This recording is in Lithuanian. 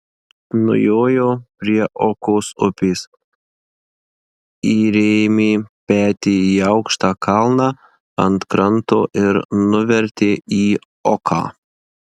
nujojo prie okos upės įrėmė petį į aukštą kalną ant kranto ir nuvertė į oką